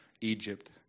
Egypt